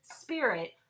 spirit